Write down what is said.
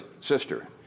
sister